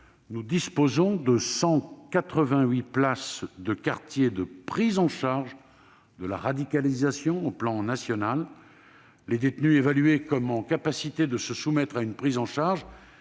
nous disposons de 188 places de quartiers de prise en charge de la radicalisation à l'échelon national. Les détenus évalués comme étant en capacité de se soumettre à une prise en charge